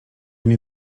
nie